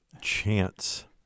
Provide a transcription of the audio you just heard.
chance